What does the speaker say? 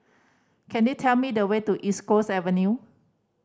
could you tell me the way to East Coast Avenue